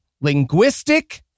linguistic